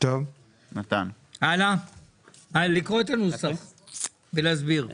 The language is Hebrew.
לקרוא את הנוסח ולהסביר.